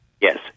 Yes